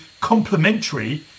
complementary